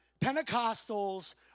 Pentecostals